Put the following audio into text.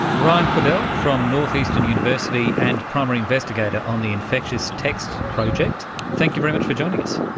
ryan cordell, from northeastern university and primary investigator on the infectious texts project, thank you very much for joining us.